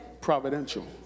providential